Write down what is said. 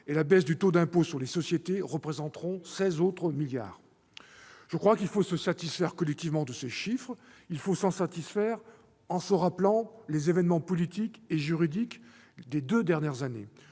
et la baisse du taux de l'impôt sur les sociétés représenteront les 16 milliards d'euros supplémentaires. Je crois qu'il faut se satisfaire collectivement de ces chiffres. Il faut s'en satisfaire, en se remémorant les événements politiques et juridiques des deux dernières années.